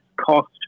cost